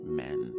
men